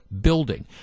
building